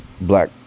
black